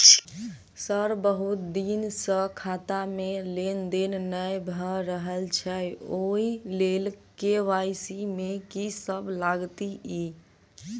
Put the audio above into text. Sir बहुत दिन सऽ खाता मे लेनदेन नै भऽ रहल छैय ओई लेल के.वाई.सी मे की सब लागति ई?